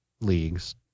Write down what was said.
leagues